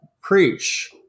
preach